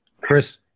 Chris